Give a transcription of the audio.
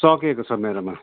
सकेको छ मेरोमा